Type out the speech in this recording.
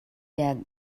der